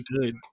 good